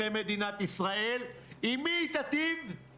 אפשר היה למנוע בחירות בנושאים האלה,